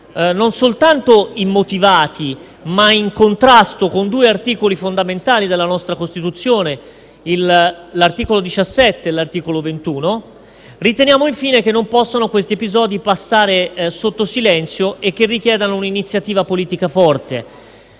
non soltanto immotivati, ma in contrasto con due articoli fondamentali della nostra Costituzione: l'articolo 17 e l'articolo 21. Riteniamo, infine, che fatti come quelli citati non possano passare sotto silenzio e che richiedano un'iniziativa politica forte.